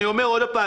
אני אומר שוב,